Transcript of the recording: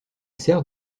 sert